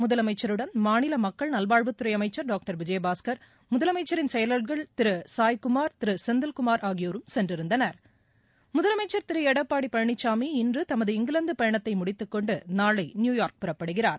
முதலமைச்சருடன் மாநில மக்கள் நல்வாழ்வுத்துறை அமைச்சர் டாக்டர் விஜயபாஸ்கர் முதலமைச்சரின் செயலர்கள் திரு சாய் குமார் திரு செந்தில்குமார் ஆகியோரும் சென்றிருந்தனர் முதலமைச்சர் திரு எடப்பாடி பழனிசாமி இன்று தமது இங்கிலாந்து பயணத்தை முடித்துக்கொண்டு நாளை நியூயார்க் புறப்படுகிறார்